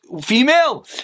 female